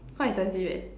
quite expensive leh